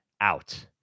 out